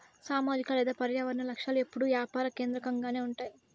సామాజిక లేదా పర్యావరన లక్ష్యాలు ఎప్పుడూ యాపార కేంద్రకంగానే ఉంటాయి